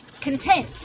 content